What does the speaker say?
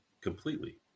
completely